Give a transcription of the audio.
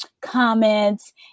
comments